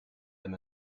them